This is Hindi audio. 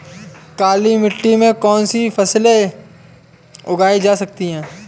काली मिट्टी में कौनसी फसलें उगाई जा सकती हैं?